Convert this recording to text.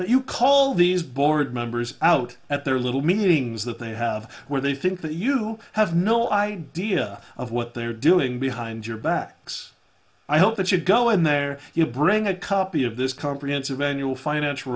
but you call these board members out at their little meetings that they have where they think that you have no idea of what they're doing behind your backs i hope that you go in there you bring a copy of this comprehensive annual financial